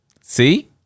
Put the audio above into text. see